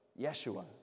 Yeshua